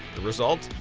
the result,